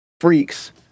freaks